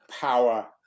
power